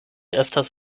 estas